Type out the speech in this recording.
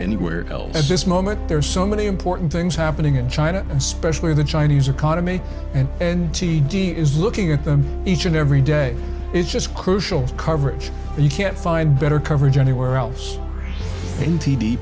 anywhere else at this moment there are so many important things happening in china especially the chinese economy and and t d is looking at them each and every day is just crucial coverage and you can't find better coverage anywhere else